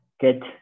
Good